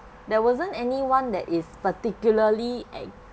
there wasn't any one that is particularly at